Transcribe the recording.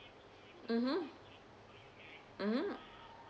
mmhmm mmhmm